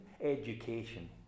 education